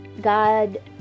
God